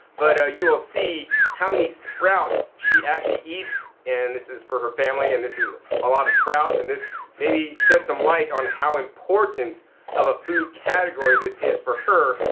but you will see how many sprouts she actually eats. and this is for her family and this is a lot of sprouts. and this maybe sheds some light on how important of a food category this is for her.